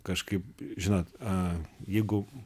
kažkaip žinot a jeigu